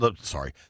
sorry